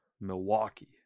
Milwaukee